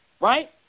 right